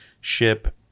ship